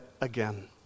again